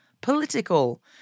political